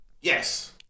Yes